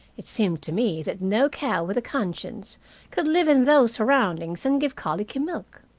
it seemed to me that no cow with a conscience could live in those surroundings and give colicky milk.